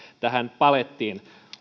tähän palettiin